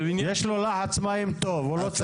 יש לו לחץ מים טוב, הוא לא צריך את המשאבה.